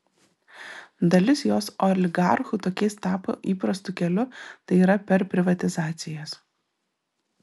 dalis jos oligarchų tokiais tapo įprastu keliu tai yra per privatizacijas